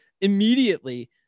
immediately